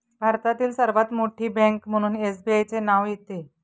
भारतातील सर्वात मोठी बँक म्हणून एसबीआयचे नाव येते